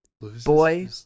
Boy